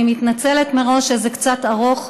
אני מתנצלת מראש שזה קצת ארוך,